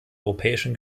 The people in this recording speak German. europäischen